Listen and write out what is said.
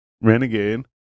Renegade